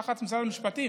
תחת משרד המשפטים.